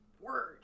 Word